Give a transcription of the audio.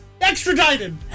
extradited